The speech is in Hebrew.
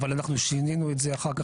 אבל אנחנו שינינו את זה אחר כך,